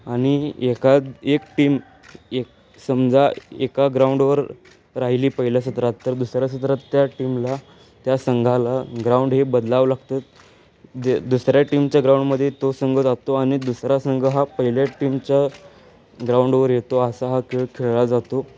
आणि एका एक टीम एक समजा एका ग्राउंडवर राहिली पहिल्या सत्रात तर दुसऱ्या सत्रात त्या टीमला त्या संघाला ग्राउंड हे बदलावं लागतं जे दुसऱ्या टीमच्या ग्राउंडमध्ये तो संघ जातो आणि दुसरा संघ हा पहिल्या टीमच्या ग्राउंडवर येतो असा हा खेळ खेळला जातो